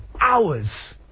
hours